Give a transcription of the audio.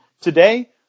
Today